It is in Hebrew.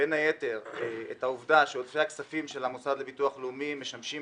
בין היתר את העובדה שעודפי הכספים של המוסד לביטוח לאומי משמשים